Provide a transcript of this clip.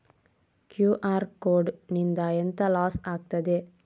QR code ನಿಂದ ಎಂತ loss ಆಗ್ತದೆ?